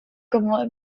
como